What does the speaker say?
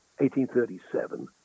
1837